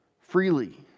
freely